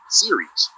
series